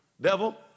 Devil